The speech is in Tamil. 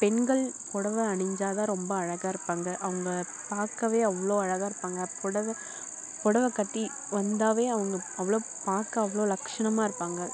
பெண்கள் புடவை அணிஞ்சால் தான் ரொம்ப அழகாக இருப்பாங்க அவங்க பார்க்கவே அவ்வளோ அழகாக இருப்பாங்க புடவை புடவை கட்டி வந்தாலே அவங்க அவ்வளோ பார்க்க அவ்வளோ லக்ஷணமாக இருப்பாங்க